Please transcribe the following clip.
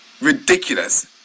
Ridiculous